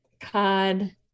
cod